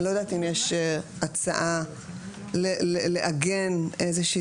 אני לא יודעת אם יש הצעה לאגם איזושהי